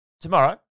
tomorrow